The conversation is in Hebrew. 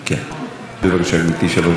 חבריי חברי הכנסת,